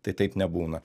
tai taip nebūna